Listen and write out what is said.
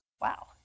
wow